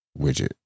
widget